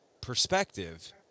perspective